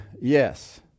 yes